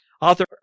Author